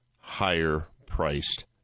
higher-priced